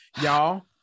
Y'all